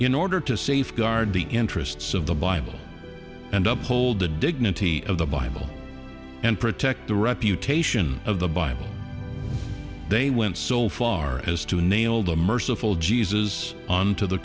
in order to safeguard the interests of the bible and up hold the dignity of the bible and protect the reputation of the bible and they went so far as to nailed a merciful jesus on to the